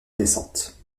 descente